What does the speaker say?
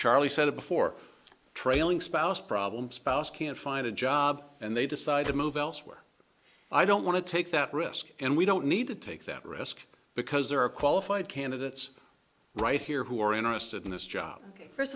charlie said before trailing spouse problem spouse can't find a job and they decide to move elsewhere i don't want to take that risk and we don't need to take that risk because there are qualified candidates right here who are interested in this job first